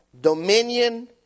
Dominion